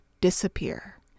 disappear